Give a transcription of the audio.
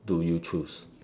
do you choose